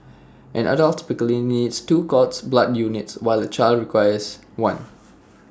an adult typically needs two cord blood units while A child requires one